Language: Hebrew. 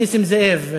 נסים זאב,